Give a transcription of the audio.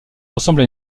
ressemble